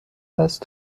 دست